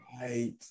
Right